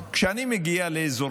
כשאני מגיע לאזורים